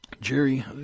Jerry